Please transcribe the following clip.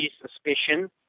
suspicion